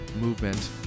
movement